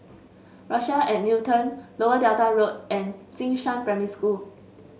Rochelle at Newton Lower Delta Road and Jing Shan Primary School